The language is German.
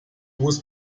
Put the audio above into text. muss